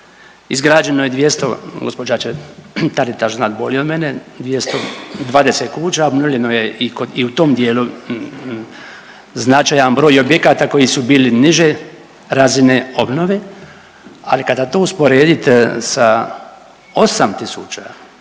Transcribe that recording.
izgrađeno je 200, gospođa će Taritaš znati bolje od mene, 220 kuća, obnovljeno je i u tom dijelu značajan broj objekata koji su bili niže razine obnove, ali kada to usporedite sa 8